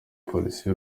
police